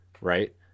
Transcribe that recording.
right